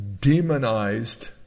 demonized